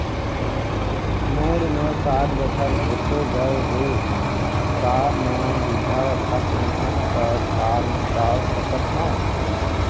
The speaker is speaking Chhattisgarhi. मोर उमर साठ बछर होथे गए हे का म वृद्धावस्था पेंशन पर फार्म डाल सकत हंव?